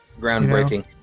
Groundbreaking